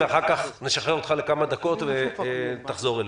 ואחר כך נשחרר אותך לכמה דקות ותחזור אלינו.